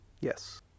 Yes